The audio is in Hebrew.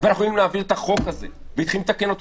ואנחנו יכולים להעביר את הצעת החוק הזאת ויכולים לתקן אותה.